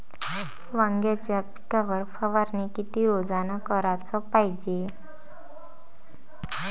वांग्याच्या पिकावर फवारनी किती रोजानं कराच पायजे?